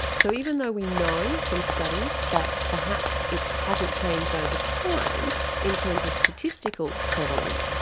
so even though we know from studies that perhaps it hasn't changed over time in terms of statistical prevalence,